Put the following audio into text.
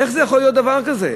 איך יכול להיות דבר כזה?